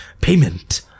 payment